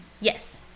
Yes